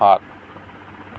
সাত